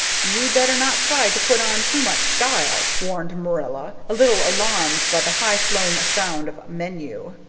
you'd better not try to put on too much style, warned marilla, a little alarmed by the high-flown sound of menu.